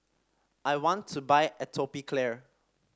I want to buy Atopiclair